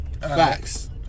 facts